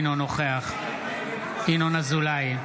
אינו נוכח ינון אזולאי,